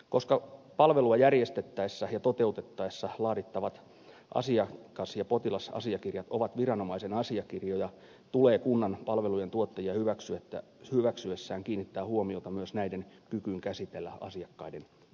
koska palvelua järjestettäessä ja toteutettaessa laadittavat asiakas ja potilasasiakirjat ovat viranomaisen asiakirjoja tulee kunnan palvelujentuottajia hyväksyessään kiinnittää huomiota myös näiden kykyyn käsitellä asiakkaiden tietoja